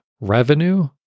revenue